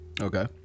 Okay